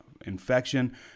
infection